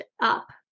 up